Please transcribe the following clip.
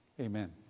Amen